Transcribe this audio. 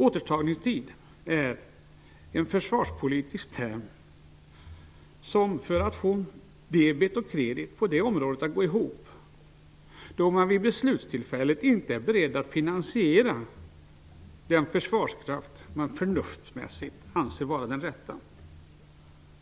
Återtagningstid är en försvarspolitisk term som syftar på möjligheten att få debet och kredit att gå ihop, då man vid ett beslutstillfälle inte är beredd att finansiera den försvarskraft som man förnuftsmässigt anser vara den rätta.